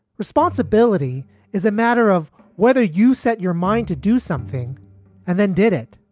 responsibility is a matter of whether you set your mind to do something and then did it.